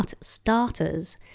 starters